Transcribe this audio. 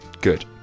good